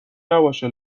نباشه